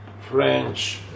French